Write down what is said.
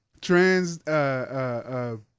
trans